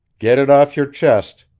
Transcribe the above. get it off your chest!